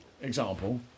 example